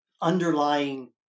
underlying